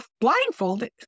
blindfolded